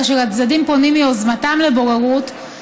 כאשר הצדדים פונים מיוזמתם לבוררות,